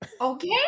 Okay